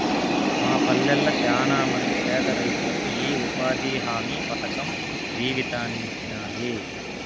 మా పల్లెళ్ళ శానమంది పేదరైతులకు ఈ ఉపాధి హామీ పథకం జీవితాన్నిచ్చినాది